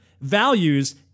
values